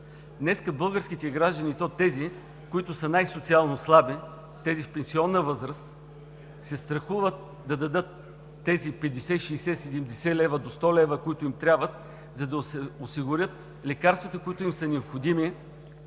Днес българските граждани, и то тези, които са социално най-слаби – тези в пенсионна възраст, се страхуват да дадат тези 50, 60, 70 до 100 лв., които им трябват, за да си осигурят лекарствата, необходими